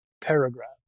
paragraph